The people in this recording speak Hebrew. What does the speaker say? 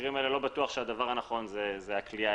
במקרים האלה לא בטוח שהדבר הנכון זו הכליאה,